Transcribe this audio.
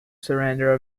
surrender